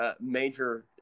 major